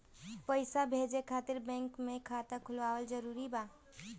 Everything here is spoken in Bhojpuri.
पईसा भेजे खातिर बैंक मे खाता खुलवाअल जरूरी बा?